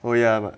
oh ya but